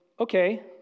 okay